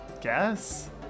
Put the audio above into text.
guess